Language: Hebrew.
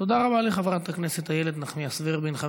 תודה רבה לחברת הכנסת איילת נחמיאס ורבין.